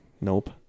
nope